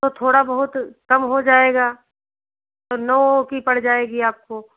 तो थोड़ा बहुत कम हो जाएगा तो नौ वो की पड़ जाएगी आपको